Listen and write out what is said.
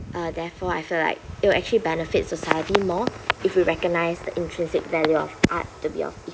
uh therefore I feel like it will actually benefit society more if we recognise the intrinsic value of art to be of e~